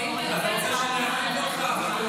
אם הייתי יודעת, אז הייתי אומרת את הכול.